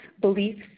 beliefs